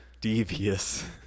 devious